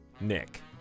Nick